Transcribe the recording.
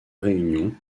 réunion